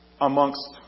amongst